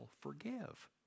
forgive